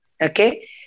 Okay